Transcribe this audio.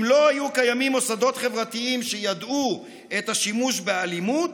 אם לא היו קיימים מוסדות חברתיים שידעו את השימוש באלימות,